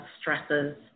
stresses